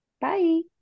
Bye